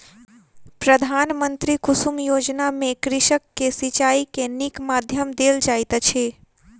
प्रधानमंत्री कुसुम योजना में कृषक के सिचाई के नीक माध्यम देल जाइत अछि